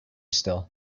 still